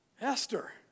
Esther